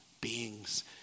beings